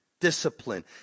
Discipline